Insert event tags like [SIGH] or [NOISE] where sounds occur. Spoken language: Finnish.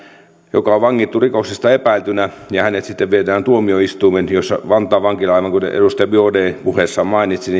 joka on vangittu rikoksesta epäiltynä sitten viedään tuomioistuimeen vantaan vankilaa aivan kuten edustaja biaudet puheessaan mainitsi [UNINTELLIGIBLE]